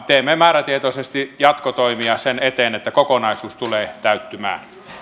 teemme määrätietoisesti jatkotoimia sen eteen että kokonaisuus tulee täyttymään